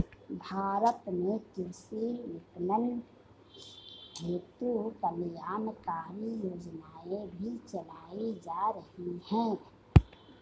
भारत में कृषि विपणन हेतु कल्याणकारी योजनाएं भी चलाई जा रही हैं